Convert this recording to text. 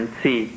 see